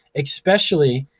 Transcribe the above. especially,